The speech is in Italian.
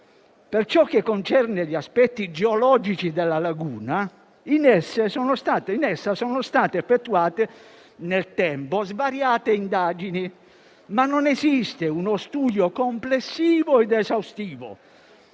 Per ciò che concerne gli aspetti geologici della laguna, in essa sono state effettuate nel tempo svariate indagini, ma non esiste uno studio complessivo ed esaustivo.